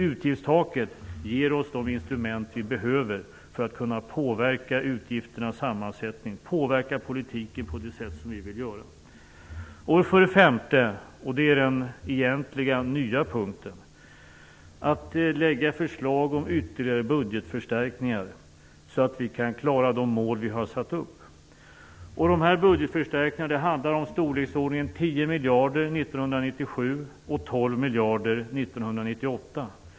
Utgiftstaket ger oss det instrument som vi behöver för att kunna påverka utgifternas sammansättning och politiken på det sätt som vi vill göra. 5. Detta är den nya punkten. Vi ger förslag till ytterligare budgetförstärkningar, så att vi kan klara de mål som vi har satt upp. Det handlar om budgetförstärkningar i storleksordningen 10 miljarder 1997 och 12 miljarder 1998.